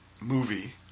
movie